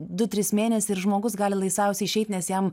du trys mėnesiai ir žmogus gali laisviausiai išeit nes jam